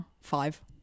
five